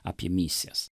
apie misijas